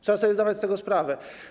Trzeba sobie zdawać z tego sprawę.